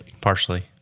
Partially